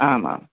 आम् आम्